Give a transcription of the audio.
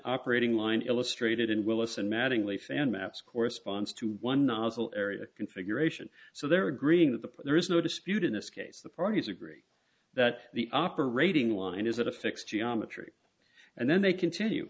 operating line illustrated and will listen mattingly fan maps corresponds to one novel area configuration so they're agreeing that the there is no dispute in this case the parties agree that the operating line is a fixed geometry and then they continue